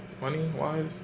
Money-wise